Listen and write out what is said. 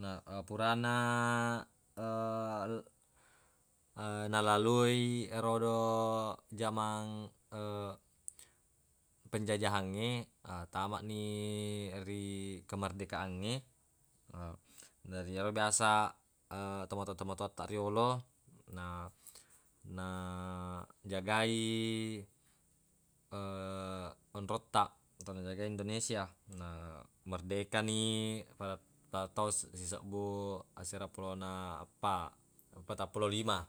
Na purana nalaloi erodo jamang penjajahangnge tamani ri kemerdekaangnge. Na yero biasa tomatowa-tomatowattaq riyolo na- na- najagai onrottaq atau najagai indonesia na merdekani fe- pada taung sisebbu asera pulo na eppa patappulo lima.